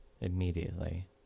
immediately